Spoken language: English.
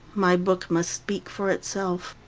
my book must speak for itself.